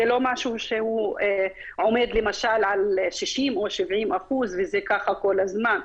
זה לא משהו שהוא עומד למשל על 60% או 70% וזה ככה כל הזמן.